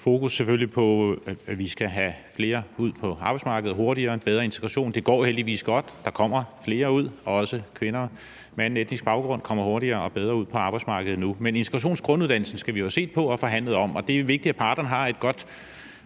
fokus på, at vi skal have flere ud på arbejdsmarkedet og hurtigere og have en bedre integration. Det går heldigvis godt, der kommer flere ud, også kvinder med anden etnisk baggrund kommer hurtigere og bedre ud på arbejdsmarkedet nu. Men integrationsgrunduddannelsen skal vi jo have set på og forhandlet om, og det er vigtigt, at parterne har god